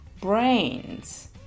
brains